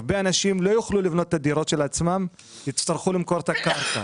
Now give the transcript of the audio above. הרבה אנשים לא יוכלו לבנות את הדירות של עצמם ויצטרכו למכור את הקרקע.